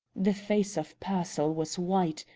the face of pearsall was white,